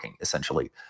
essentially